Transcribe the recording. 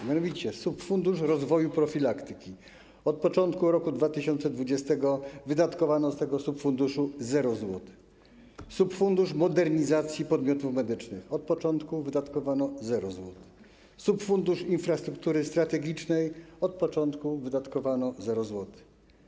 A mianowicie są to: subfundusz rozwoju profilaktyki - od początku roku 2020 wydatkowano z tego subfunduszu 0 zł, subfundusz modernizacji podmiotów medycznych - od początku wydatkowano 0 zł, subfundusz infrastruktury strategicznej - od początku wydatkowano 0 zł.